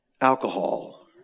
alcohol